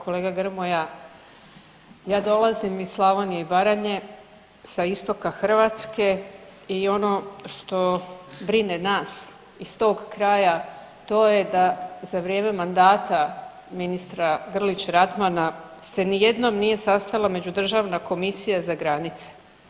Kolega Grmoja, ja dolazim iz Slavonije i Baranje, sa istoka Hrvatske i ono što brine nas iz tog kraja to je da za vrijeme mandata ministra Grlić Radmana se nijednom nije sastala međudržavna komisija za granice.